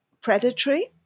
predatory